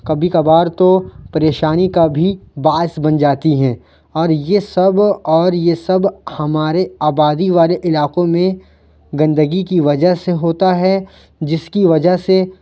کبھی کبھار تو پریشانی کا بھی باعث بن جاتی ہیں اور یہ سب اور یہ سب ہمارے آبادی والے علاقوں میں گندگی کی وجہ سے ہوتا ہے جس کی وجہ سے